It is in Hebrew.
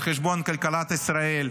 על חשבון כלכלת ישראל,